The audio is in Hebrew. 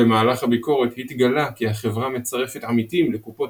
במהלך הביקורת התגלה כי החברה מצרפת עמיתים לקופות